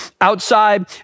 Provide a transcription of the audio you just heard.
outside